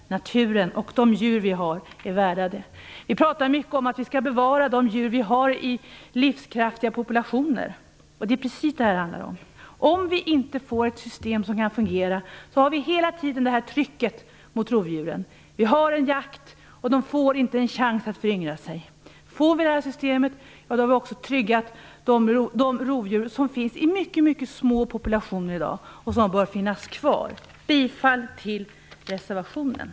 Naturen och de djur vi har är värda det. Vi pratar mycket om att vi skall bevara de djur vi har i livskraftiga populationer, och det är precis det som det handlar om. Om vi inte får ett system som kan fungera har vi hela tiden ett tryck mot rovdjuren. Vi har en jakt, och rovdjuren får inte en chans att föryngra sig. Om vi inför det här systemet tryggar vi de rovdjur som finns i mycket små populationer i dag och som bör finnas kvar. Jag yrkar bifall till reservation 1.